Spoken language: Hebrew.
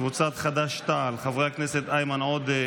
קבוצת סיעת חד"ש-תע"ל: חברי הכנסת איימן עודה,